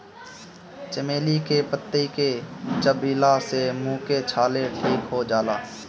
चमेली के पतइ के चबइला से मुंह के छाला ठीक हो जाला